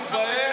אתה לא מתבייש?